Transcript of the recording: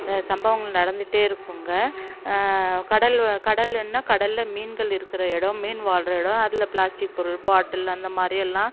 சம்பவங்கள் நடந்துக்கிட்டே இருக்குங்க கடல் கடலுன்னா கடலில் மீன்கள் இருக்கிற இடம் மீன் வாழ்கிற இடம் அதில் பிளாஸ்டிக் பொருள் பாட்டில் அந்த மாதிரி எல்லாம்